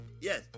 Yes